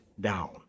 down